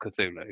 Cthulhu